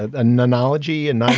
ah and anology and. no,